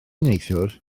neithiwr